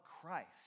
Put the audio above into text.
Christ